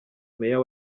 meya